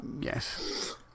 Yes